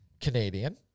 Canadian